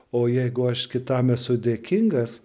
o jeigu aš kitam esu dėkingas